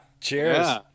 Cheers